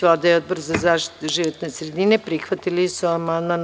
Vlada i Odbor za zaštitu životne sredine prihvatili su amandman.